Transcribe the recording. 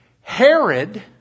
Herod